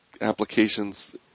applications